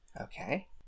Okay